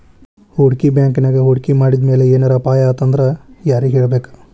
ಹೂಡ್ಕಿ ಬ್ಯಾಂಕಿನ್ಯಾಗ್ ಹೂಡ್ಕಿ ಮಾಡಿದ್ಮ್ಯಾಲೆ ಏನರ ಅಪಾಯಾತಂದ್ರ ಯಾರಿಗ್ ಹೇಳ್ಬೇಕ್?